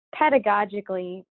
pedagogically